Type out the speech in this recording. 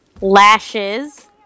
Lashes